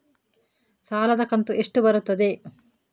ಸಾಲದ ಕಂತು ಎಷ್ಟು ಬರುತ್ತದೆ?